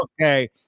Okay